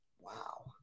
Wow